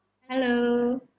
Hello